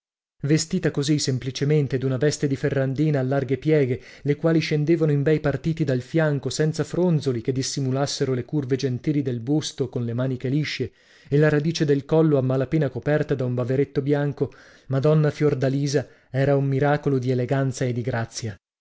vestita così semplicemente d'una veste di ferrandina a larghe pieghe le quali scendevano in bei partiti dal fianco senza fronzoli che dissimulassero le curve gentili del busto con le maniche lisce e la radice del collo a mala pena coperta da un baveretto bianco madonna fiordalisa era un miracolo di eleganza e di grazia